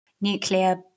nuclear